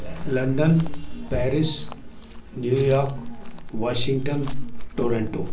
London Paris New York Washington Toronto